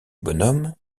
bonhomme